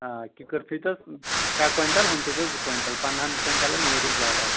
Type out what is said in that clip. آ کِکُر تھٲوِتَو ترٛےٚ کۄینٛٹل ہُم تھٲوِتو زٕ کۄینٛٹل پنٛداہن کۄینٛٹلن نیرِ زڈ حظ